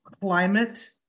climate